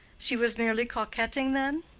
she was merely coquetting, then?